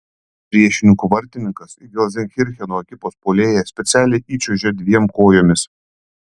priešininkų vartininkas į gelzenkircheno ekipos puolėją specialiai įčiuožė dviem kojomis